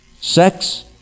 sex